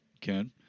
Ken